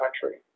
country